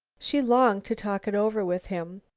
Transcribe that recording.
she longed to talk it over with him.